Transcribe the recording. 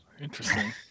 Interesting